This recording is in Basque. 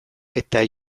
eta